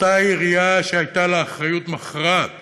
אותה עירייה שהייתה לה אחריות מכרעת